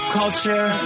culture